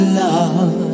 love